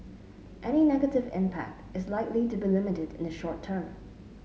any negative impact is likely to be limited in the short term